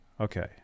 Okay